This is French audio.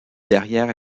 derrière